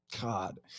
God